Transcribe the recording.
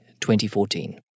2014